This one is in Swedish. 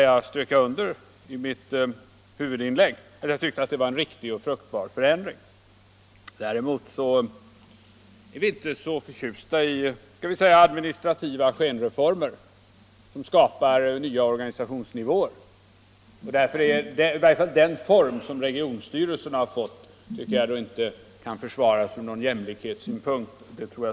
Jag strök under i mitt huvudinlägg att jag tyckte det var en viktig och fruktbar förändring. Däremot är vi inte så förtjusta i administrativa skenreformer som skapar nya organisationsnivåer. Jag tror i varje fall att regionstyrelserna svårligen kan försvaras från jämlikhetssynpunkt.